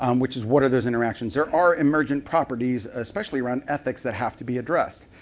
um which is what are those interactions? there are emergent properties, especially around ethics, that have to be addressed.